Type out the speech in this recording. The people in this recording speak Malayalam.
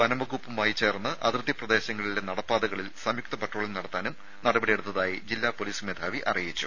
വനം വകുപ്പുമായി ചേർന്ന് അതിർത്തി പ്രദേശങ്ങളിലെ നടപ്പാതകളിൽ സംയുക്ത പട്രോളിംഗ് നടത്താനും നടപടി സ്വീകരിച്ചതായി ജില്ല പോലീസ് മേധാവി അറിയിച്ചു